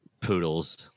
Poodles